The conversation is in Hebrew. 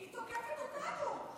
היא תוקפת אותנו.